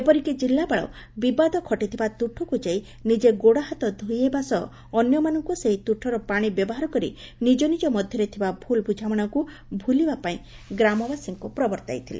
ଏପରିକି ଜିଲ୍ଲାପାଳ ବିବାଦ ଘଟିଥିବା ତୁଠକୁ ଯାଇ ନିଜେ ଗୋଡ଼ହାତ ଧୋଇହେବା ସହ ଅନ୍ୟମାନଙ୍କୁ ସେହି ତୁଠର ପାଶି ବ୍ୟବହାର କରି ନିଜ ନିଜ ମଧ୍ୟରେ ଥିବା ଭୁଲ୍ ବୁଝାମଣାକୁ ଭୁଲିବା ପାଇଁ ଗ୍ରାମବାସୀଙ୍କୁ ପ୍ରବର୍ଭାଇଥିଲେ